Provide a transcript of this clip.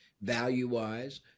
value-wise